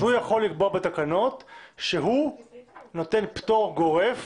הוא יכול לקבוע בתקנות שהוא נותן פטור גורף.